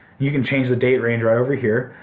you can change the date range right over here,